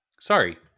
sorry